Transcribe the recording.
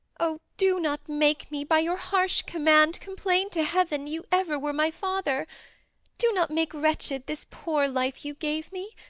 oh, do not make me, by your harsh command, complain to heaven you ever were my father do not make wretched this poor life you gave me.